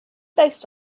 based